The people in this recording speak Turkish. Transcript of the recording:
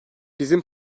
bizim